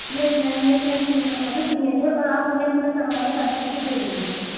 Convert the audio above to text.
یس ma'am yes ma'am مطلب signature اور آپ ہمیں اپنا سر ہمارا سرٹیفکیٹ دے دیں گی جی